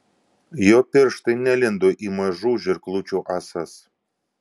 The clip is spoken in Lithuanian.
jo pirštai nelindo į mažų žirklučių ąsas